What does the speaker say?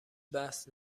بحث